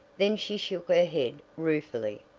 then she shook her head ruefully,